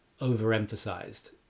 overemphasized